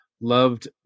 loved